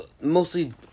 mostly